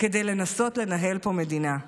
כדי לנסות לנהל פה מדינה.